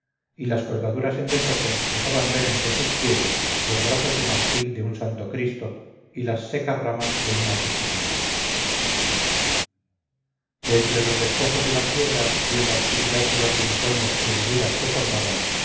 y las colgaduras en desorden dejaban ver entre sus pliegues los brazos de marfil de un santo cristo y las secas ramas de unas disciplinas de entre los despojos de la piedra y en la oscuridad de los rincones y honduras que formaban